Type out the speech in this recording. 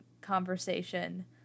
conversation